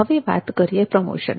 હવે વાત કરીએ પ્રમોશનની